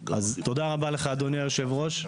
תודה רבה, אדוני היושב-ראש.